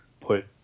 put